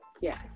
Yes